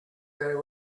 there